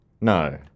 No